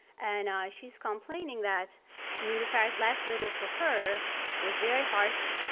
and she's complaining that niloufer's last letter to her was very harsh.